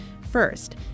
First